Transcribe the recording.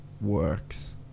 works